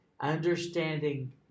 understanding